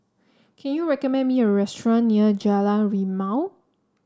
can you recommend me a restaurant near Jalan Rimau